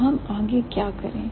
तो हम आगे क्या करें